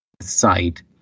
site